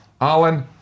Alan